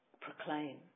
proclaim